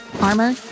Armor